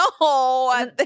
no